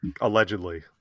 Allegedly